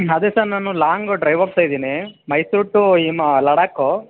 ಅದೇ ಸರ್ ನಾನು long drive ಹೋಗ್ತಾ ಇದ್ದೀನಿ ಮೈಸೂರು ಟು ಲಡಾಖು